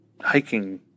hiking